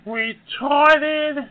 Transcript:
retarded